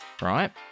Right